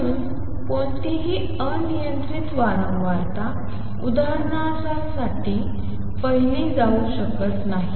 म्हणून कोणतीही अनियंत्रित वारंवारता उदाहरणासाठी पाहिली जाऊ शकत नाही